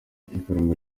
ifaranga